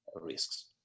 risks